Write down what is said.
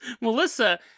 Melissa